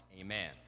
Amen